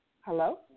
Hello